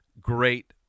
great